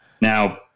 now